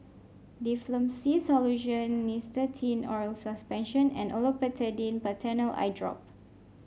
Difflam C Solution Nystatin Oral Suspension and Olopatadine Patanol Eyedrop